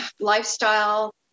lifestyle